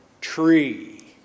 tree